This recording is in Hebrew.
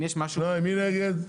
שניים, מי נגד?